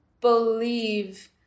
believe